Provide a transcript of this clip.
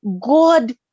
God